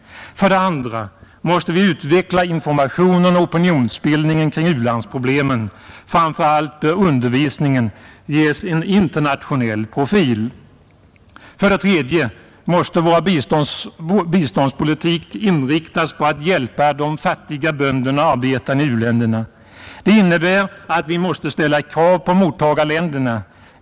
För det andra måste vi utveckla informationen och opinionsbildningen kring u-landsproblemen. Framför allt bör undervisningen ges en internationell profil. För det tredje måste vår biståndspolitik inriktas på att hjälpa de fattiga bönderna och arbetarna i u-länderna. Detta innebär att vi måste ställa krav på mottagarländerna.